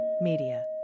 Media